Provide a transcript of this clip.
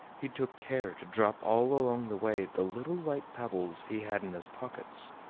he took care to drop all along the way the little white pebbles he had in his pockets.